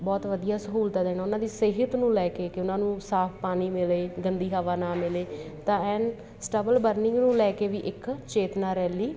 ਬਹੁਤ ਵਧੀਆ ਸਹੂਲਤਾ ਦੇਣਾ ਉਹਨਾਂ ਦੀ ਸਿਹਤ ਨੂੰ ਲੈ ਕੇ ਕਿ ਉਹਨਾਂ ਨੂੰ ਸਾਫ਼ ਪਾਣੀ ਮਿਲੇ ਗੰਦੀ ਹਵਾ ਨਾ ਮਿਲੇ ਤਾਂ ਐਂਨ ਸਟਬਲ ਬਰਨਿੰਗ ਨੂੰ ਲੈ ਕੇ ਵੀ ਇੱਕ ਚੇਤਨਾ ਰੈਲੀ